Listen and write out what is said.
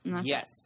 Yes